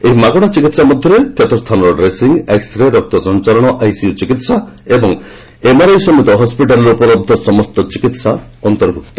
ଏହି ମାଗଣା ଚିକିତ୍ସା ମଧ୍ୟରେ କ୍ଷତସ୍ଥାନର ଡ୍ରେସିଂ ଏକ୍କରେ ରକ୍ତ ସଂଚାରଣ ଆଇସିୟୁ ଚିକିତ୍ସା ଏବଂ ଏମ୍ଆର୍ଆଇ ସମେତ ହସ୍ପିଟାଲ୍ରେ ଉପଲବ୍ଧ ସମସ୍ତ ଚିକିତ୍ସା ସୁବିଧା ଅନ୍ତର୍ଭୁକ୍ତ